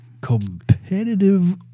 Competitive